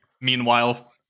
Meanwhile